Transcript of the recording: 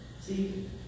See